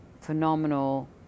phenomenal